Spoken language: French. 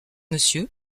monsieur